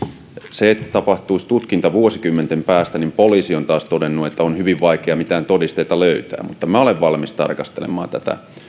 se että tutkinta tapahtuisi vuosikymmenten päästä poliisi taas on todennut että on hyvin vaikea mitään todisteita löytää mutta minä olen valmis tarkastelemaan tätä